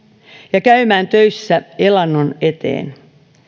ja käymään töissä elannon eteen